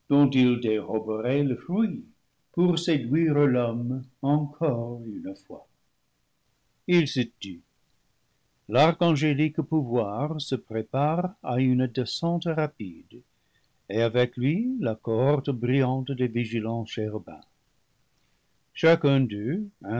le fruit pour séduire l'homme encore une fois il se tut l'archangélique pouvoir se prépare à un e descente rapide et avec lui la cohorte brillante des vigilants chérubins chacun d'eux